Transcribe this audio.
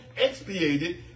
expiated